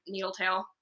Needletail